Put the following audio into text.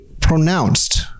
pronounced